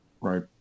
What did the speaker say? right